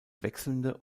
wechselnde